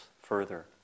further